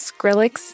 Skrillex